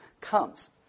comes